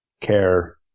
care